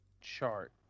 chart